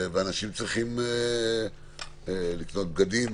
שבהן אנשים צריכים לקנות בגדים,